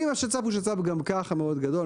אם השצ"פ הוא שצ"פ שהוא גם ככה מאוד גדול,